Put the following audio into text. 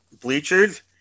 bleachers